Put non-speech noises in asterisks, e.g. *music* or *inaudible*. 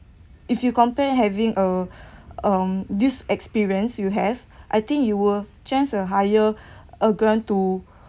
if you compare having a *breath* um this experience you have I think you were just uh hire *breath* uh grant to